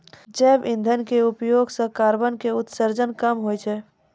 जैव इंधन के उपयोग सॅ कार्बन के उत्सर्जन कम होय छै